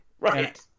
Right